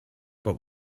but